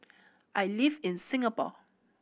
I live in Singapore